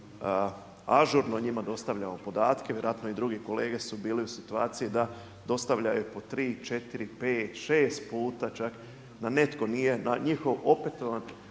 ažurno njima dostavljamo podatke. Vjerojatno i drugi kolege su bili u situaciji da dostavljaju po tri, četiri, pet, šest puta čak nam netko nije na njihov opetovan